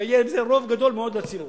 ויהיה לזה רוב גדול מאוד בציבור.